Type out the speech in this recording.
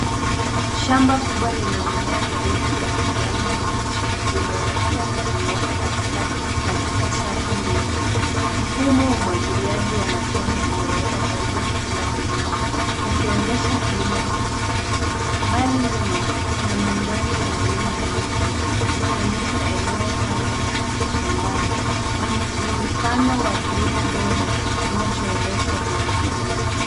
Shamba kubwa lenye mimea mirefu ya kijani kibichi linaonekana likinyooka katika safu ndefu. Mfumo wa umwagiliaji wa matone umewekwa karibu na kila mimea, ukionyesha kilimo cha kisasa. Mbali nyuma, kuna mandhari ya milima na miti, ikionyesha eneo pana la mashambani. Ni mfano wa kilimo bora kinachoendeshwa kwa makini.